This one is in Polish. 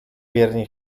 wierni